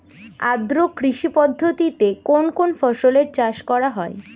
আদ্র কৃষি পদ্ধতিতে কোন কোন ফসলের চাষ করা হয়?